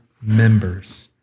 members